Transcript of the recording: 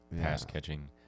pass-catching